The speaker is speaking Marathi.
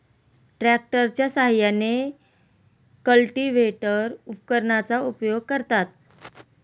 ट्रॅक्टरच्या साहाय्याने कल्टिव्हेटर उपकरणाचा उपयोग करतात